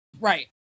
Right